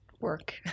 work